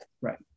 Right